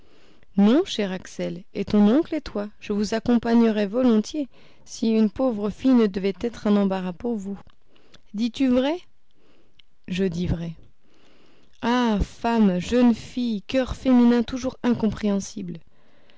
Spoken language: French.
non cher axel et ton oncle et toi je vous accompagnerais volontiers si une pauvre fille ne devait être un embarras pour vous dis-tu vrai je dis vrai ah femmes jeunes filles coeurs féminins toujours incompréhensibles